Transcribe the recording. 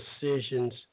decisions